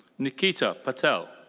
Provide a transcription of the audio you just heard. nikita patel.